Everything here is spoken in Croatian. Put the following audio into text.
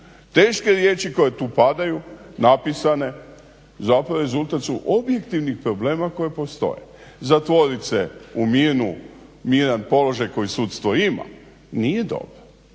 Teške riječi koje tu padaju napisane zapravo rezultat su objektivnih problema koji postoje. Zatvoriti se u miran položaj koji sudstvo ima nije dobro.